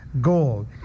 gold